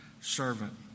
servant